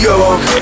York